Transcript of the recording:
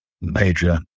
major